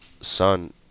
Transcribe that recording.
son